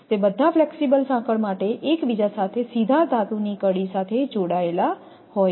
તે બધા ફ્લેક્સિબલ સાંકળ માટે એકબીજા સાથે સીધા ધાતુની કડી સાથે જોડાયેલા હોય છે